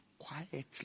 Quietly